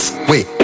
Wait